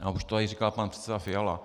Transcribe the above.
A už to tady říkal pan předseda Fiala.